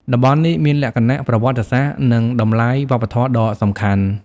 តំបន់នេះមានលក្ខណៈប្រវត្តិសាស្ត្រ និងតម្លៃវប្បធម៌ដ៏សំខាន់។